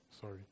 Sorry